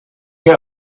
get